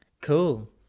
cool